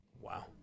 Wow